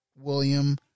William